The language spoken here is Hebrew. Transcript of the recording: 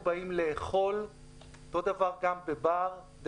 אותו דבר גם בבר.